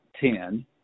ten